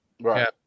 right